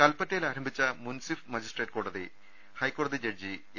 കൽപറ്റയിൽ ആരംഭിച്ച മുൻസിഫ് മജിസ്ട്രേറ്റ് കോടതി ഹൈക്കോടതി ജഡ്ജി എ